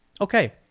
Okay